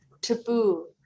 taboo